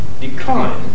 decline